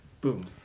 Boom